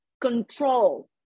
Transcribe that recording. control